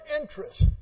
interest